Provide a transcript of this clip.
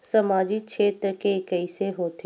सामजिक क्षेत्र के कइसे होथे?